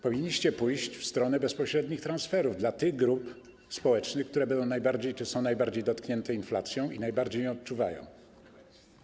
Powinniście pójść w stronę bezpośrednich transferów dla tych grup społecznych, które będą czy są najbardziej dotknięte inflacją i najbardziej ją odczuwają.